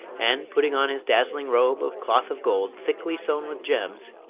and, putting on his dazzling robe of cloth-of-gold thickly sewn with gems,